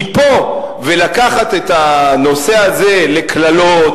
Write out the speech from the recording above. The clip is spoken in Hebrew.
מפה ועד לקחת את הנושא הזה לקללות,